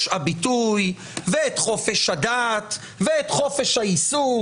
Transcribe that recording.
הביטוי ואת חופש הדת ואת חופש העיסוק,